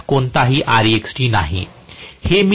यात कोणतीही Rext नाही